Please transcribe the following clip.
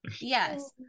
yes